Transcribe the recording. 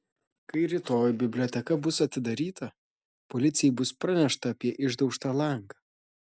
kai rytoj biblioteka bus atidaryta policijai bus pranešta apie išdaužtą langą